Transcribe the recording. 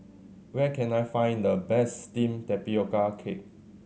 where can I find the best steamed tapioca cake